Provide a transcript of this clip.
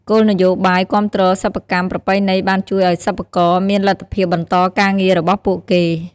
គោលនយោបាយគាំទ្រសិប្បកម្មប្រពៃណីបានជួយឱ្យសិប្បករមានលទ្ធភាពបន្តការងាររបស់ពួកគេ។